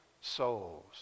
souls